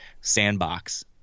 sandbox